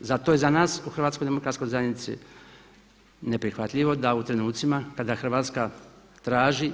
Za to je za nas u HDZ-u neprihvatljivo da u trenucima kada Hrvatska traži